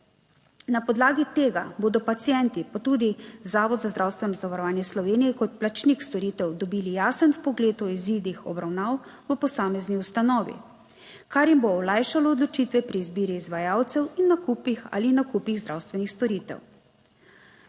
Na podlagi tega bodo pacienti, pa tudi Zavod za zdravstveno zavarovanje Slovenije kot plačnik storitev, dobili jasen vpogled o izidih obravnav v posamezni ustanovi, kar jim bo olajšalo odločitve pri izbiri izvajalcev in nakupih ali nakupih zdravstvenih storitev.